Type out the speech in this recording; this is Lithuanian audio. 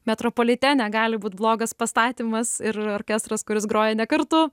metropolitene gali būt blogas pastatymas ir orkestras kuris groja ne kartu